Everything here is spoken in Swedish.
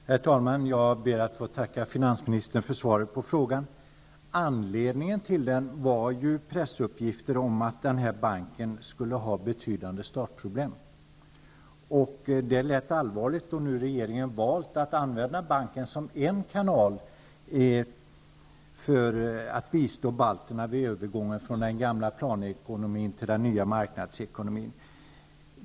Herr talman! Jag ber att få tacka finansministern för svaret på frågan. Anledningen till min fråga var pressuppgifter om att denna bank skulle ha betydande startproblem. Det lät allvarligt, eftersom regeringen nu valt att använda banken som en kanal för att bistå balterna vid övergången från den gamla planekonomin till den nya marknadsekonomin.